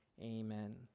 Amen